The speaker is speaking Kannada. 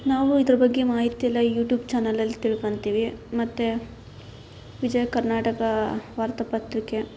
ನಾವು ಇದ್ರ ಬಗ್ಗೆ ಮಾಹಿತಿಯೆಲ್ಲ ಯೂಟ್ಯೂಬ್ ಚಾನಲಲ್ಲಿ ತಿಳ್ಕತೀವಿ ಮತ್ತು ವಿಜಯ ಕರ್ನಾಟಕ ವಾರ್ತಾಪತ್ರಿಕೆ